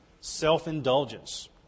Self-indulgence